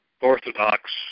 Orthodox